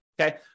okay